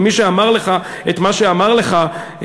ומי שאמר לך את מה שאמר לך,